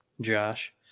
Josh